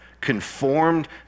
conformed